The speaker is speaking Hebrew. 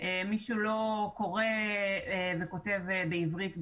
מי שלא קורא וכותב בעברית בקלות,